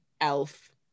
elf